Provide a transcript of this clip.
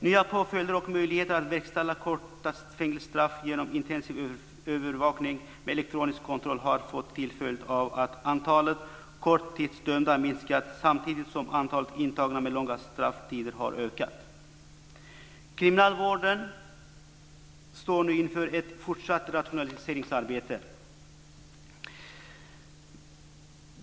Nya påföljder och möjligheter att verkställa korta fängelsestraff genom intensivövervakning med elektronisk kontroll har fått till följd att antalet korttidsdömda har minskat samtidigt som antalet intagna med långa strafftider har ökat. Kriminalvården står nu inför ett fortsatt rationaliseringsarbete.